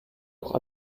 auch